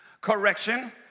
correction